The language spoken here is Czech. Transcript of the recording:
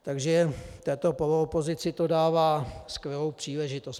Takže této poloopozici to dává skvělou příležitost.